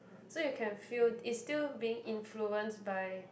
so you can feel it's still being influence by